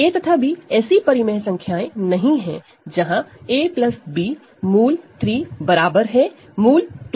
a तथा b ऐसे rational number नहीं है जहां a b √3 बराबर है √2 के या माइनस √ 2 के